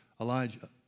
Elijah